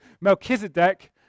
Melchizedek